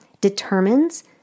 determines